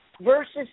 versus